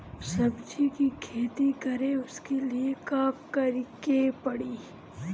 सब्जी की खेती करें उसके लिए का करिके पड़ी?